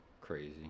Crazy